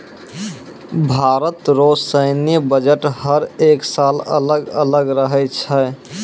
भारत रो सैन्य बजट हर एक साल अलग अलग रहै छै